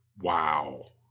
Wow